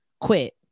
quit